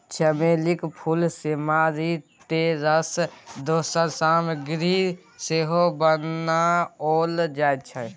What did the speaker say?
चमेलीक फूल सँ मारिते रास दोसर सामग्री सेहो बनाओल जाइत छै